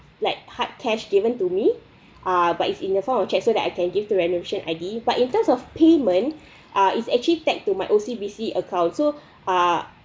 like hard cash given to me ah but it's in the form of cheque so that I can give the renovation I_D but in terms of payment ah it's actually tagged to my O_C_B_C account so ah